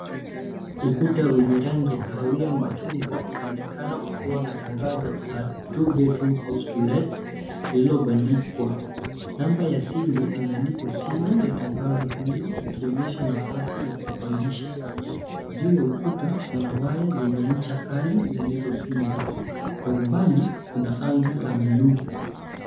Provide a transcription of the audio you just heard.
Ukuta wenye rangi ya kahawia machungwa unaonekana ukiwa na tangazo la Two bedroom house to let lililobandikwa. Namba ya simu imeandikwa chini ya tangazo hilo, ikionyesha nafasi ya kupangisha. Juu ya ukuta, kuna waya zenye ncha kali zilizopindwa. Kwa umbali kuna anga la bluu.